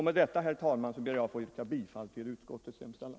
Med detta, herr talman, ber jag att få yrka bifall till utskottets hemställan.